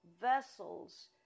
vessels